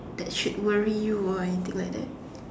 that should worry you or anything like that